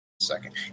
second